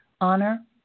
honor